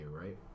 right